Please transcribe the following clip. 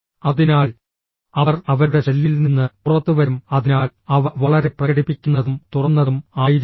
അതിനാൽ അവർ അവരുടെ ഷെല്ലിൽ നിന്ന് പുറത്തുവരും അതിനാൽ അവ വളരെ പ്രകടിപ്പിക്കുന്നതും തുറന്നതും ആയിരിക്കും